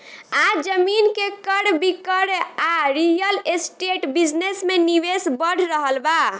आज जमीन के क्रय विक्रय आ रियल एस्टेट बिजनेस में निवेश बढ़ रहल बा